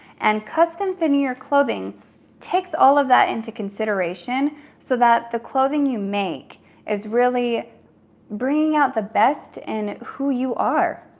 and custom fitting your clothing takes all of that into consideration so that the clothing you make is really bringing out the best in who you are.